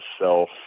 self